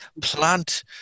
plant